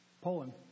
Poland